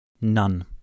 None